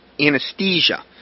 anesthesia